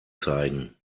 zeigen